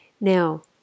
Now